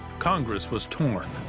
congress was torn.